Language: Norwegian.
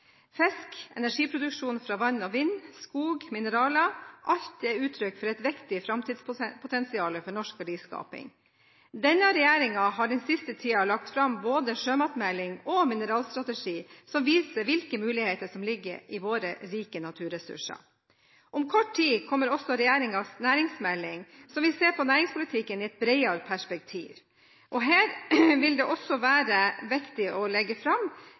Fisk, energiproduksjon fra vann og vind, skog, mineraler – alt er uttrykk for et viktig framtidspotensial for norsk verdiskaping. Denne regjeringen har den siste tiden lagt fram både en sjømatmelding og en mineralstrategi som viser hvilke muligheter som ligger i våre rike naturressurser. Om kort tid kommer også regjeringens næringsmelding, som vil se på næringspolitikken i et bredere perspektiv, og her vil det også være viktig å legge fram